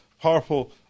powerful